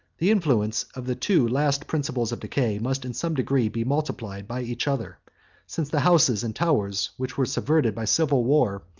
the influence of the two last principles of decay must in some degree be multiplied by each other since the houses and towers, which were subverted by civil war,